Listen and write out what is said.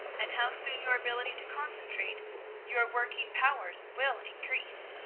and how soon your ability to concentrate your working powers will increase.